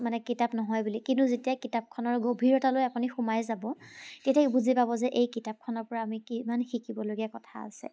মানে কিতাপ নহয় বুলি কিন্তু যেতিয়া কিতাপখনৰ গভীৰতালৈ আপুনি সোমাই যাব তেতিয়াই বুজি পাব যে এই কিতাপখনৰ পৰা আমি কিমান শিকিবলগীয়া কথা আছে